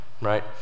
right